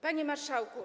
Panie Marszałku!